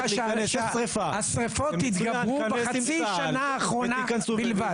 השרפות התרבו בחצי השנה האחרונה בלבד.